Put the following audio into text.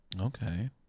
Okay